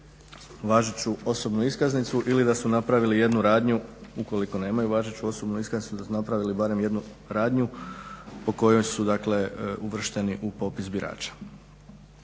važeću osobnu iskaznicu ili da su napravili jednu radnju ukoliko nemaju važeću osobnu iskaznicu da su napravili barem jednu radnju po kojoj su dakle uvršteni u popis birača.